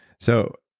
so,